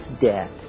debt